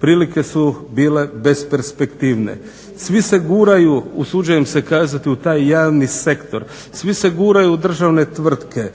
prilike su bile besperspektivne. Svi se guraju usuđujem se kazati u taj javni sektor, svi se guraju u državne tvrtke,